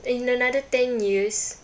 in another ten years